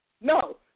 No